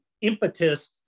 impetus